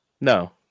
No